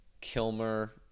Kilmer